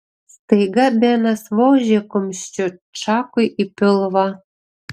staiga benas vožė kumščiu čakui į pilvą